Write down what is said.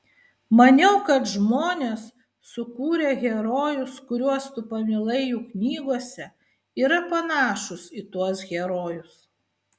maniau kad žmonės sukūrę herojus kuriuos tu pamilai jų knygose yra panašūs į tuos herojus